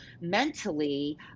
mentally